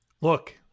Look